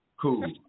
cool